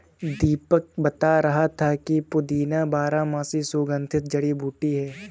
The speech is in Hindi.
दीपक बता रहा था कि पुदीना बारहमासी सुगंधित जड़ी बूटी है